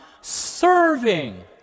serving